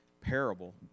parable